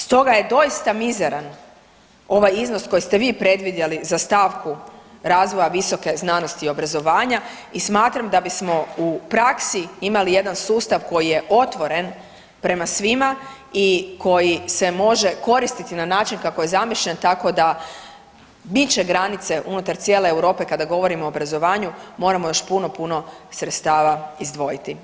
Stoga je doista mizeran ovaj iznos koji ste vi predvidjeli za stavku razvoja visoke znanosti i obrazovanja i smatram da bismo u praksi imali jedan sustav koji je otvoren prema svima i koji se može koristiti na način kako je zamišljen tako da bit će granice unutar cijele Europe kada govorimo o obrazovanju moramo još puno puno sredstava izdvojiti.